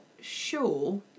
sure